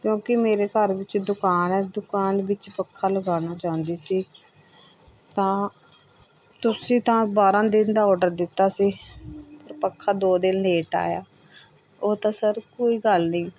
ਕਿਉਂਕਿ ਮੇਰੇ ਘਰ ਵਿੱਚ ਦੁਕਾਨ ਹੈ ਦੁਕਾਨ ਵਿੱਚ ਪੱਖਾ ਲਗਾਉਣਾ ਚਾਹੁੰਦੀ ਸੀ ਤਾਂ ਤੁਸੀਂ ਤਾਂ ਬਾਰਾਂ ਦਿਨ ਦਾ ਓਡਰ ਦਿੱਤਾ ਸੀ ਅਤੇ ਪੱਖਾ ਦੋ ਦਿਨ ਲੇਟ ਆਇਆ ਉਹ ਤਾਂ ਸਰ ਕੋਈ ਗੱਲ ਨਹੀਂ